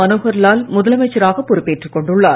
மனோகர்லால் முதலமைச்சராகப் பொறுப்பேற்றுக் கொண்டுள்ளார்